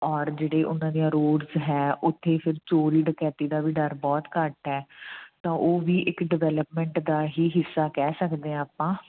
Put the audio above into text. ਔਰ ਜਿਹੜੇ ਉਹਨਾਂ ਦੀਆਂ ਰੋਡਸ ਹੈ ਉੱਥੇ ਫਿਰ ਚੋਰੀ ਡਕੈਤੀ ਦਾ ਵੀ ਡਰ ਬਹੁਤ ਘੱਟ ਹੈ ਤਾਂ ਉਹ ਵੀ ਇੱਕ ਡਿਵੈਲਪਮੈਂਟ ਦਾ ਹੀ ਹਿੱਸਾ ਕਹਿ ਸਕਦੇ ਆ ਆਪਾਂ